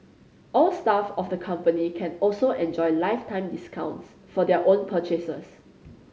all staff of the company can also enjoy lifetime discounts for their own purchases